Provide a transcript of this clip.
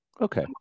Okay